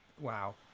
wow